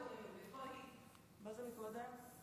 איפה היית קודם?